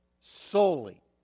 solely